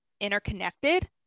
interconnected